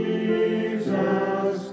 Jesus